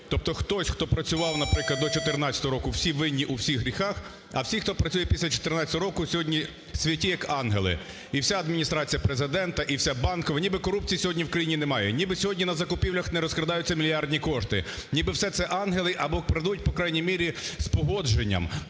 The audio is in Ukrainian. Тобто хтось, хто працював, наприклад, до 14-го року, всі винні у всіх гріхах, а всі, хто працює після 14-го року, сьогодні святі як ангели: і вся Адміністрація Президента, і вся Банкова. Ніби корупції сьогодні в країні немає, ніби сьогодні на закупівлях не розкрадаються мільярдні кошти, ніби все це ангели, або крадуть по крайній мірі з погодженням.